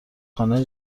خانه